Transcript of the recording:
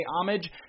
homage